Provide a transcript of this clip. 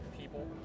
people